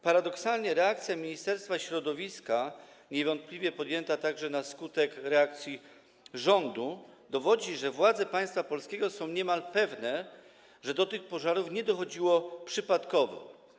Paradoksalnie reakcja Ministerstwa Środowiska, niewątpliwie podjęta także na skutek reakcji rządu, dowodzi, że władze państwa polskiego są niemal pewne, że do tych pożarów nie dochodziło przypadkowo.